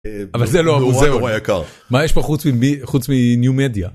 אבל זה לא זה, לא יקר מה יש פה חוץ מחוץ מניומדיה.